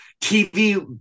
TV